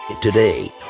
Today